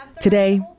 Today